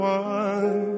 one